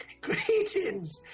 Greetings